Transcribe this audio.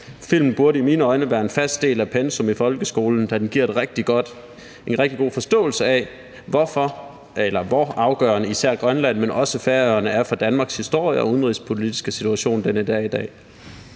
Filmen burde i mine øjne være fast pensum i folkeskolen, da den giver en rigtig god forståelse af, hvor afgørende især Grønland, men også Færøerne er for Danmarks historie og udenrigspolitiske situation den dag i dag.